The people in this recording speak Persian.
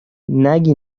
نگی